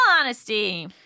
honesty